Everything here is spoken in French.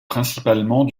principalement